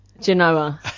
Genoa